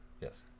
yes